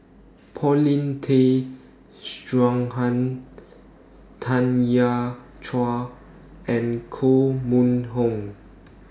Paulin Tay Straughan Tanya Chua and Koh Mun Hong